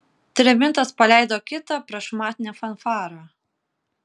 trimitas paleido kitą prašmatnią fanfarą